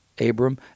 Abram